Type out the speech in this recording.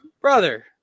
Brother